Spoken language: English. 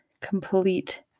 complete